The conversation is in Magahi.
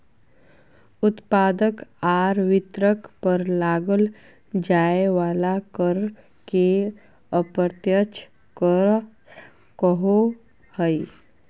उत्पादक आर वितरक पर लगाल जाय वला कर के अप्रत्यक्ष कर कहो हइ